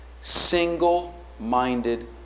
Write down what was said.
single-minded